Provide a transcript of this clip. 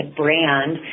brand